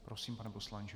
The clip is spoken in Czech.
Prosím, pane poslanče.